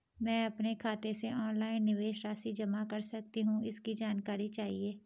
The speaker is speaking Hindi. मैं अपने खाते से ऑनलाइन निवेश राशि जमा कर सकती हूँ इसकी जानकारी चाहिए?